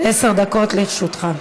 עשר דקות לרשותך.